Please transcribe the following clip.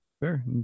Fair